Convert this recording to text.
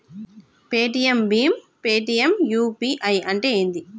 Paytm భీమ్ Paytm UPI అంటే ఏంది?